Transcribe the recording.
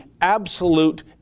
absolute